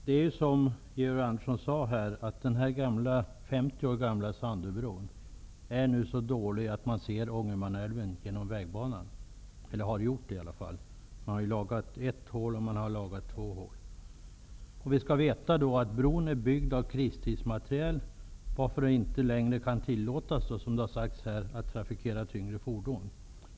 Herr talman! Den 50 år gamla Sandöbron är nu, som Georg Andersson sade, så dålig att man har kunnat se Ångermanälven genom vägbanan -- två hål har lagats. Bron är byggd av kristidsmateriel, varför trafik med tunga fordon inte längre kan tillåtas.